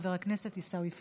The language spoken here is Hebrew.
חבר הכנסת עיסאווי פריג'.